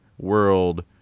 world